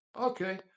okay